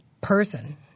person